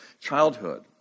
childhood